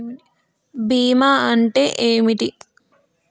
బీమా అంటే ఏమిటి?